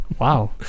Wow